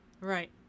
Right